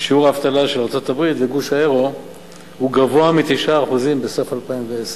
שיעור האבטלה בארצות-הברית ובגוש היורו גבוה מ-9% בסוף 2010,